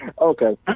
Okay